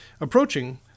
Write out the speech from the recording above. Approaching